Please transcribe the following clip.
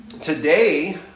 Today